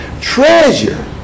Treasure